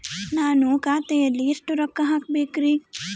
ನಾನು ಖಾತೆಯಲ್ಲಿ ಎಷ್ಟು ರೊಕ್ಕ ಹಾಕಬೇಕ್ರಿ?